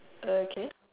okay